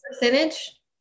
percentage